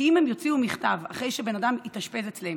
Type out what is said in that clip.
כי אם הם יוציאו מכתב אחרי שאדם התאשפז אצלם